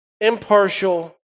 impartial